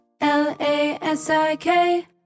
L-A-S-I-K